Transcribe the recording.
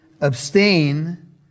abstain